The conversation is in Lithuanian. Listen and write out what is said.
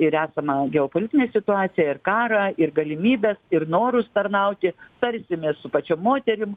ir esamą geopolitinę situaciją ir karą ir galimybes ir norus tarnauti tarsimės su pačiom moterim